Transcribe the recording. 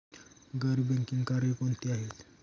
गैर बँकिंग कार्य कोणती आहेत?